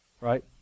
Right